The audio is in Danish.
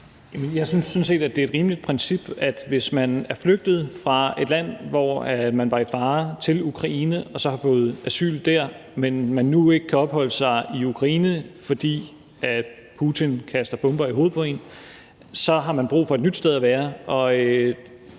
set, at det er et rimeligt princip. For hvis man er flygtet fra et land, hvor man var i fare, og til Ukraine og man har fået asyl i Ukraine, men nu ikke kan opholde sig der, fordi Putin kaster bomber i hovedet på en, har man brug for et nyt sted at være,